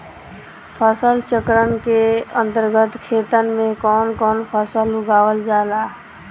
फसल चक्रण के अंतर्गत खेतन में कवन कवन फसल उगावल जाला?